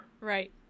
Right